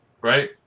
right